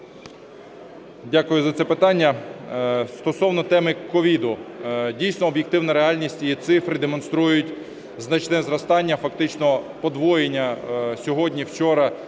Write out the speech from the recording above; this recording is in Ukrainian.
Дякую за це питання. Стосовно теми COVID. Дійсно, об'єктивна реальність і цифри демонструють значне зростання, фактично подвоєння сьогодні, вчора